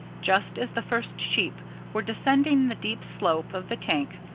just as the first sheep were descending the deep slope of the tank,